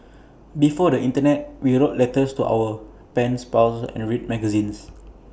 before the Internet we wrote letters to our pens pals and read magazines